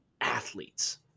athletes